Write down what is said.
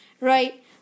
Right